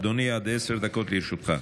אדוני, עד עשר דקות לרשותך.